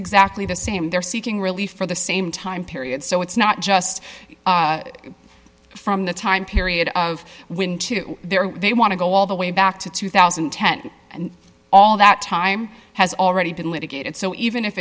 exactly the same they're seeking relief for the same time period so it's not just from the time period of when to there they want to go all the way back to two thousand and ten and all that time has already been litigated so even if